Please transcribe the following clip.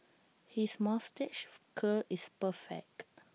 his moustache curl is perfect